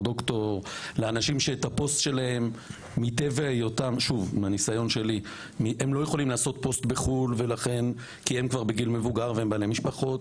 לאנשים שמטבע היותם לא יכולים לעבור לחו"ל כי הם בגיל מבוגר ויש משפחות,